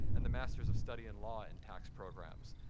and the masters of study in law in tax programs.